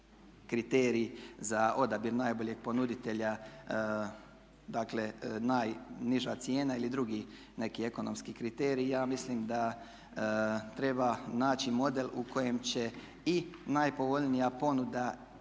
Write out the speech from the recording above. kriterij za odabir najboljeg ponuditelja, dakle najniža cijena ili drugi neki ekonomski kriterij. Ja mislim da treba naći model u kojem će i najpovoljnija ponuda i ostali